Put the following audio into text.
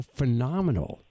phenomenal